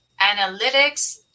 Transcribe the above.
analytics